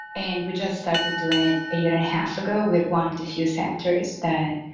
and we just started doing it a year and a half ago with one of the few centers that